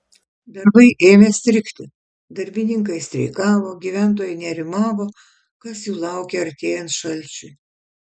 darbai ėmė strigti darbininkai streikavo gyventojai nerimavo kas jų laukia artėjant šalčiui